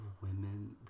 women